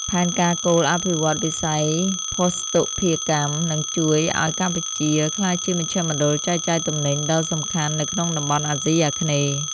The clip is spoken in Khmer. ផែនការគោលអភិវឌ្ឍន៍វិស័យភស្តុភារកម្មនឹងជួយឱ្យកម្ពុជាក្លាយជាមជ្ឈមណ្ឌលចែកចាយទំនិញដ៏សំខាន់នៅក្នុងតំបន់អាស៊ីអាគ្នេយ៍។